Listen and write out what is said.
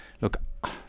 look